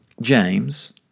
James